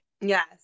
Yes